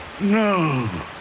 No